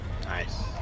Nice